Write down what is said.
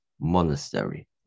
monastery